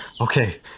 Okay